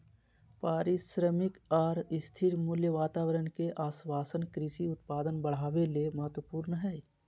पारिश्रमिक आर स्थिर मूल्य वातावरण के आश्वाशन कृषि उत्पादन बढ़ावे ले महत्वपूर्ण हई